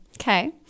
Okay